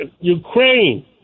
Ukraine